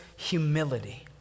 humility